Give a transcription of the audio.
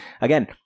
again